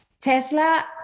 tesla